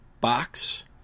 box